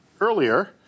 earlier